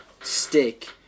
stick